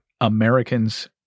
Americans